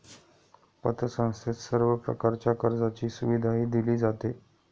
पतसंस्थेत सर्व प्रकारच्या कर्जाची सुविधाही दिली जाते